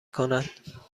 کند